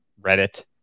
reddit